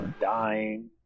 dying